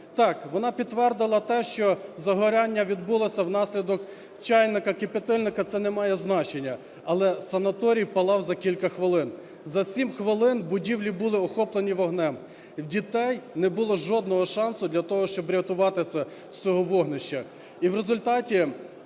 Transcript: Так, вона підтвердила те, що загорання відбулося внаслідок чайника, кип'ятильника – це не має значення, але санаторій палав за кілька хвилин. За 7 хвилин будівлі були охоплені вогнем, в дітей не було жодного шансу для того, щоб врятуватися з цього вогнища. І в результаті